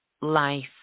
Life